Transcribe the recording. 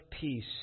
Peace